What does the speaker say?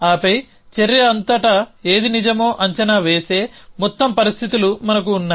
ఆపై చర్య అంతటా ఏది నిజమో అంచనా వేసే మొత్తం పరిస్థితులు మనకు ఉన్నాయి